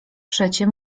przecie